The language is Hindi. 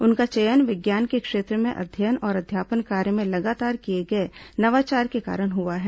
उनका चयन विज्ञान के क्षेत्र में अध्ययन और अध्यापन कार्य में लगातार किए गए नवाचार के कारण हुआ है